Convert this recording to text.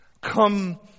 Come